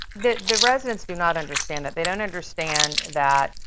the the residents do not understand that. they don't understand that,